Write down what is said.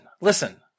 listen